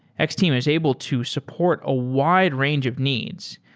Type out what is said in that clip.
x-team is able to support a wide range of needs.